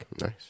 Nice